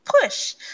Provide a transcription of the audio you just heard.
Push